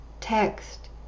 text